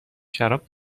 شراب